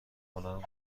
کنم